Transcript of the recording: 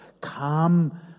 calm